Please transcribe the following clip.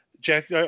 Jack